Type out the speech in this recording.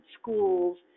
schools